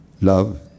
love